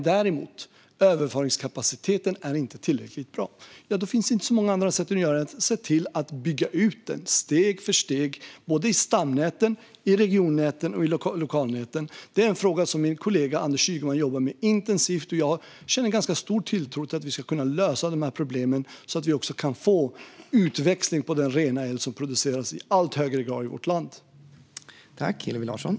Däremot är överföringskapaciteten inte tillräckligt bra. Då finns det inte mycket annat att göra än att se till att bygga ut den steg för steg - i stamnäten, i regionnäten och i lokalnäten. Det är en fråga som min kollega Anders Ygeman jobbar intensivt med. Jag känner en ganska stor tilltro till att vi ska kunna lösa dessa problem, så att vi kan få en utväxling på den rena el som i allt högre grad produceras i vårt land.